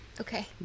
Okay